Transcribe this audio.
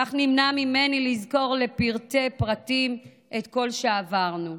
כך נמנע ממני לזכור לפרטי-פרטים את כל שעברנו.